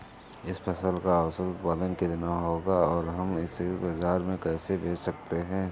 इस फसल का औसत उत्पादन कितना होगा और हम इसे बाजार में कैसे बेच सकते हैं?